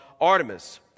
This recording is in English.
Artemis